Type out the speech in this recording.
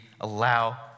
allow